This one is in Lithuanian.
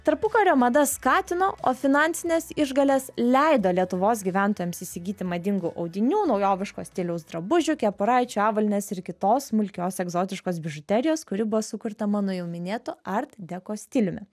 tarpukario mada skatino o finansinės išgalės leido lietuvos gyventojams įsigyti madingų audinių naujoviško stiliaus drabužių kepuraičių avalynės ir kitos smulkios egzotiškos bižuterijos kuri buvo sukurta mano jau minėtu art deko stiliumi